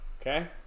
okay